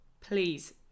please